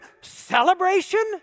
celebration